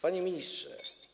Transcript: Panie Ministrze!